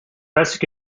best